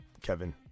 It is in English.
Kevin